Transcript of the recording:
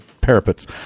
parapets